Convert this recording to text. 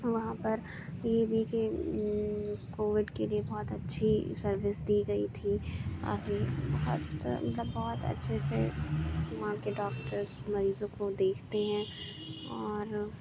وہاں پر یہ بھی کہ کووڈ کے لیے بہت اچھی سروس دی گئی تھی ابھی بہت مطلب بہت اچھے سے وہاں کے ڈاکٹرس مریضوں کو دیکھتے ہیں اور